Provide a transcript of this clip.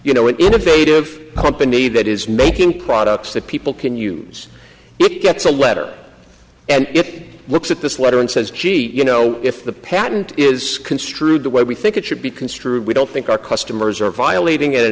you know an innovative company that is making products that people can use it gets a letter and it looks at this letter and says gee you know if the patent is construed the way we think it should be construed we don't think our customers are violating it